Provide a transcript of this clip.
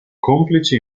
complici